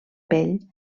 pell